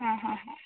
ആ ഹാ ഹാ